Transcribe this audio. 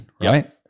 right